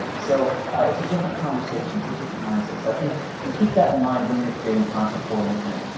so it's a different conversation, it's a different mindset. so i think you keep that in mind when you're creating content for linkedin.